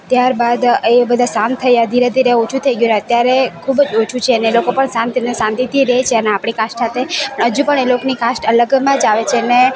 ત્યારબાદ એ બધા શાંત થયા ધીરે ધીરે ઓછું થઈ ગયું ને અત્યારે ખૂબ જ ઓછું છે ને એ લોકો પણ શાંત ને શાંતિથી રહે છે અને આપણી કાસ્ટ સાથે હજુ પણ એ લોકોની કાસ્ટ અલગજમાં જ આવે છે એ મેં